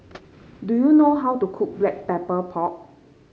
do you know how to cook Black Pepper Pork